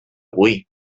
boí